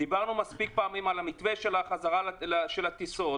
דיברנו מספיק פעמים על המתווה של החזרה של הטיסות,